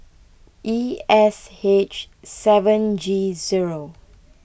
E S H seven G zero